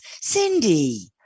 Cindy